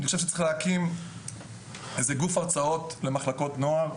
אני חושב שצריך להקים גוף הרצאות למחלקות נוער.